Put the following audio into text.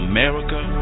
America